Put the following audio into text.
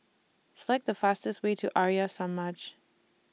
Select The fastest Way to Arya Samaj